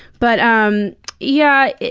but um yeah,